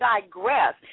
digress